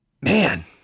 Man